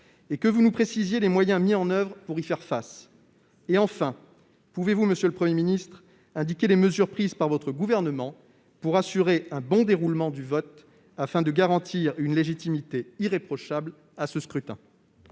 que vous nous précisiez les moyens mis en oeuvre pour y faire face. Enfin, pouvez-vous nous indiquer les mesures prises par votre gouvernement pour assurer un bon déroulement du vote, afin de garantir une légitimité irréprochable à ce scrutin ?